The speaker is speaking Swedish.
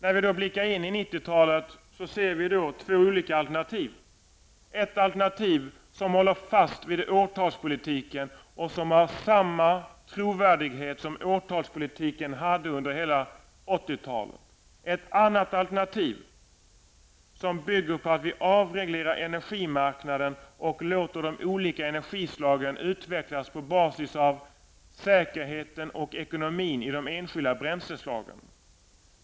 När vi då blickar in i 1990-talet ser vi två olika alternativ. Ett alternativ är det som håller fast vid årtalspolitiken och som har samma trovärdighet som årtalspolitiken hade under hela 1980-talet. Ett annat alternativ är det som bygger på att vi avreglerar energimarknaden och låter de olika energislagen utvecklas på basis av säkerheten och ekonomin i de enskilda bränsleslagen.